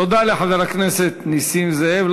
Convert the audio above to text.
תודה לחבר הכנסת נסים זאב.